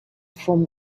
form